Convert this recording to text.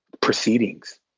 proceedings